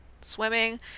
Swimming